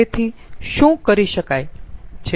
તેથી શું કરી શકાઈ છે